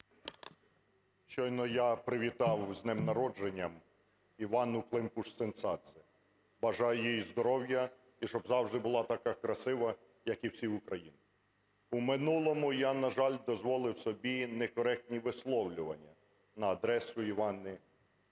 Щойно я привітав з Днем народження Іванну Климпуш-Цинцадзе. Бажаю їй здоров'я, і щоб завжди була така красива, як і всі в Україні. У минулому я, на жаль, дозволив собі некоректні висловлювання на адресу Іванни